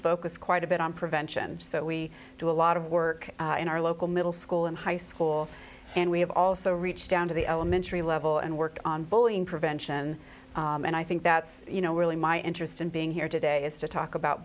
focus quite a bit on prevention so we do a lot of work in our local middle school and high school and we have also reach down to the elementary level and work on bullying prevention and i think that's you know really my interest in being here today is to talk about